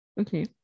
Okay